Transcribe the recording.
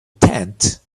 tent